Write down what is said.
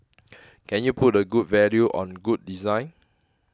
can you put a good value on good design